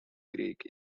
greek